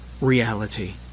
reality